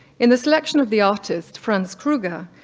in the selection of the artist franz kruger,